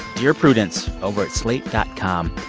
dear prudence, over at slate dot com.